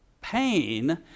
pain